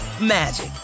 magic